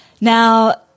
Now